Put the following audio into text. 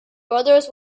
brothers